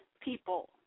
people